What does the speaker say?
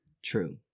True